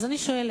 אז אני שואלת,